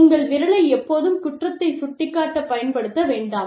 உங்கள் விரலை எப்போதும் குற்றத்தைச் சுட்டிக் காட்டப் பயன்படுத்த வேண்டாம்